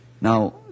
Now